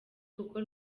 kuko